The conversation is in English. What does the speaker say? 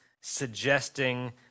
suggesting